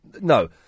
No